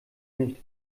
nicht